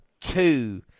two